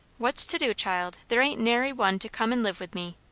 what's to do, child? there ain't nary one to come and live with me.